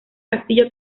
castillo